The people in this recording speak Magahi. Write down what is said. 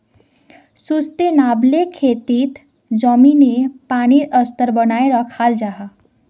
सुस्तेनाब्ले खेतित ज़मीनी पानीर स्तर बनाए राखाल जाहा